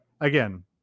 Again